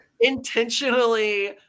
intentionally